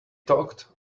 talked